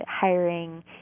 hiring